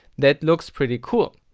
that looks pretty cool.